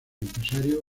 empresario